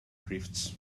drifts